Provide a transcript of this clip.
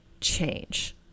change